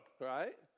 Right